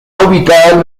ubicada